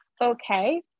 okay